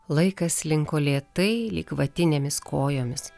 laikas slinko lėtai lyg vatinėmis kojomis